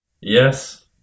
Yes